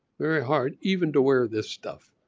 very hard even to wear this stuff.